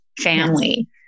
family